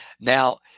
Now